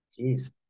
Jeez